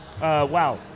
wow